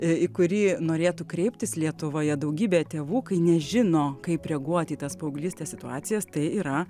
į kurį norėtų kreiptis lietuvoje daugybė tėvų kai nežino kaip reaguoti į tas paauglystės situacijas tai yra